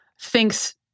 thinks